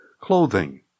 clothing